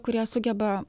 kūrėja sugeba